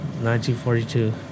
1942